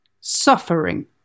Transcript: suffering